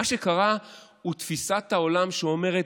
מה שקרה הוא תפיסת העולם שאומרת: